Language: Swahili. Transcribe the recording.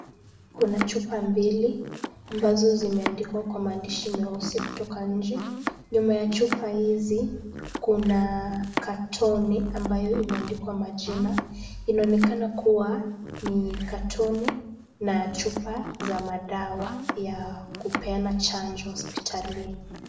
Kuna chupa mbili ambazo zimeandikwa kwa maandishi meusi kutoka nje. Nyuma ya chupa hizi kuna katoni ambayo imeandikwa majina. Inaonekana kuwa ni katoni na chupa za madawa ya kupeana chanjo hospitalini.